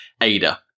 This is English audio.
ADA